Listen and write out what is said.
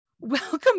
Welcome